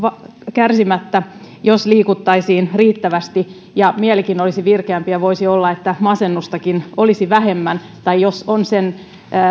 kärsimättä jos liikuttaisiin riittävästi ja mielikin olisi virkeämpi voisi olla että masennustakin olisi vähemmän tai jos on sen